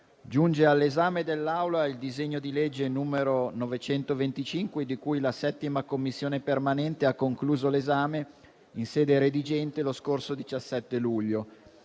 giunge all'esame dell'Assemblea il disegno di legge n. 925, di cui la 7a Commissione permanente ha concluso l'esame in sede redigente lo scorso 17 luglio.